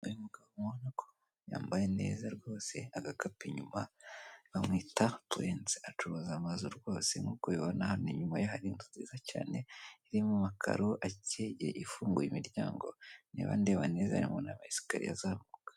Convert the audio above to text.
Yambaye neza rwose, agakapu inyuma bamwita Terense acuruza amazu rwose nk'uko ubibona hano nyuma ye hari inzu nziza cyane, iri mu makaro akeye ifunguye imiryango. Niba ndeba neza harimo n'ama esikariye zamuka.